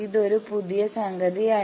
ഇതൊരു പുതിയ സംഗതിയാണ്